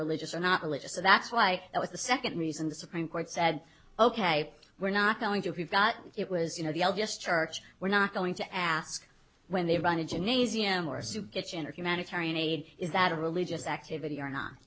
religious or not religious so that's why that was the second reason the supreme court said ok we're not going to we've got it was you know the l d s church we're not going to ask when they run a gymnasium or a soup kitchen or humanitarian aid is that a religious activity or not